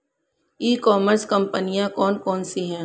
ई commerce कंपनियाँ कौन कौन सी हैं?